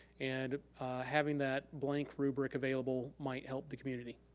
and having that blank rubric available might help the community.